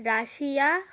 Russia